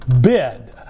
bid